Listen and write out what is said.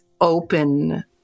open